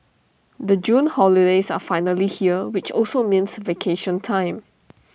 the June holidays are finally here which also means vacation time